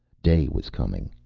day was coming.